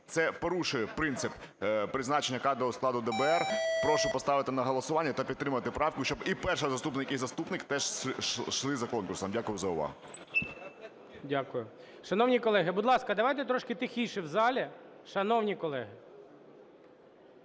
Це порушує принцип призначення кадрового складу ДБР. Прошу поставити на голосування та підтримати правку, щоб і перший заступник, і заступник теж йшли за конкурсом. Дякую за увагу. ГОЛОВУЮЧИЙ. Дякую. Шановні колеги, давайте трошки тихіше в залі. Шановні колеги!